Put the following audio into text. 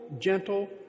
gentle